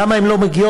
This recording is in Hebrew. למה הן לא מגיעות?